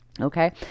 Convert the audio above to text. Okay